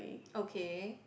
okay